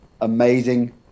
amazing